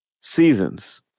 Seasons